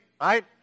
right